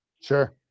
Sure